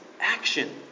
action